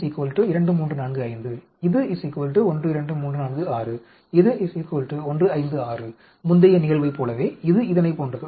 I 2345 இது 12346 இது 156 முந்தைய நிகழ்வைப் போலவே இது இதனைப் போன்றது